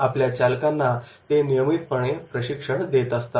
आपल्या चालकांना ते नियमितपणे प्रशिक्षण देत असतात